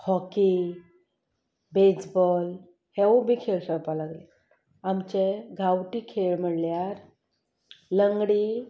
hockey baseball हेवूय बी खेळ खेळपाक लागलें आमचे गांवटी खेळ म्हणल्यार लंगडी